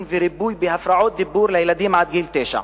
וריפוי בהפרעות דיבור לילדים עד גיל תשע.